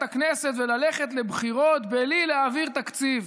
הכנסת וללכת לבחירות בלי להעביר תקציב,